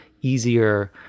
easier